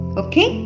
okay